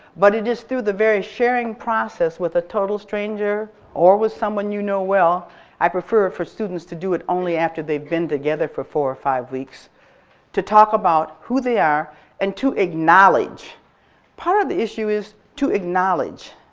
but it is through the very sharing process with a total stranger or with someone you know well i prefer for students to do it only after they've been together for four or five weeks to talk about who they are and to acknowledge part of the issue is to acknowledge